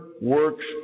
works